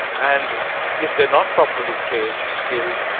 and if they're not properly trained, skilled,